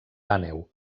àneu